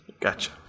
gotcha